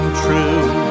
true